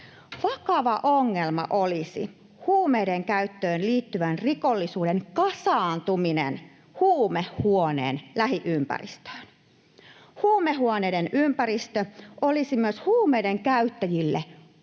Vakava ongelma olisi huumeidenkäyttöön liittyvän rikollisuuden kasaantuminen huumehuoneen lähiympäristöön. Huumehuoneiden ympäristö olisi huumeiden käyttäjille alusta